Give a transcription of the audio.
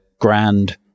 grand